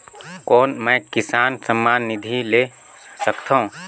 कौन मै किसान सम्मान निधि ले सकथौं?